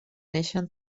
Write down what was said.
neixen